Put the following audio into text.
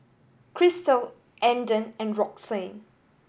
Christel Andon and Roxann